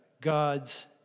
God's